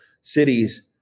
cities